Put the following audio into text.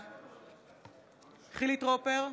בעד חילי טרופר,